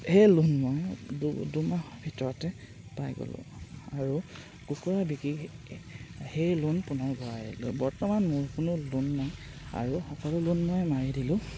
সেই লোন মই দু দুমাহৰ ভিতৰতে পাই গ'লো আৰু কুকুৰা বিকি সেই লোন পুনৰ ঘূৰাই দিলো বৰ্তমান মোৰ কোনো লোন নাই আৰু সকলো লোন মই মাৰি দিলোঁ